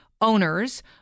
owners